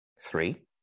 Three